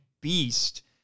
beast